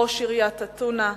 ראש עיריית אתונה,